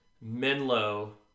menlo